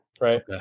Right